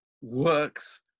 works